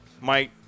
Mike